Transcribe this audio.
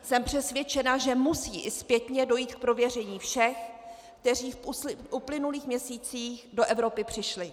Jsem přesvědčena, že musí i zpětně dojít k prověření všech, kteří v uplynulých měsících do Evropy přišli.